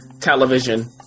television